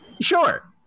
Sure